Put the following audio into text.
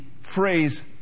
phrase